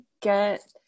get